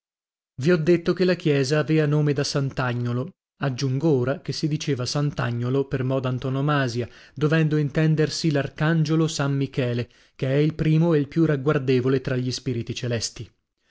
la chiesa avea nome da sant'agnolo aggiungo ora che si diceva sant'agnolo per mo d'antonomasia dovendo intendersi l'arcangiolo san michele che è il primo e il più ragguardevole tra gli spiriti celesti